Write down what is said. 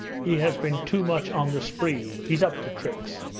he has been too much on the spree! he's up to tricks!